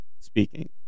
speaking